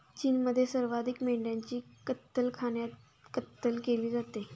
चीनमध्ये सर्वाधिक मेंढ्यांची कत्तलखान्यात कत्तल केली जाते